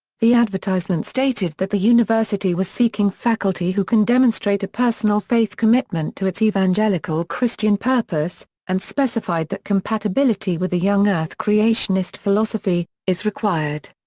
the advertisement stated that the university was seeking faculty who can demonstrate a personal faith commitment to its evangelical christian purpose and specified that compatibility with a young-earth creationist philosophy required.